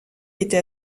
été